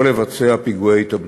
או לבצע פיגועי התאבדות.